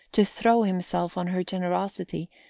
to throw himself on her generosity,